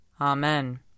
Amen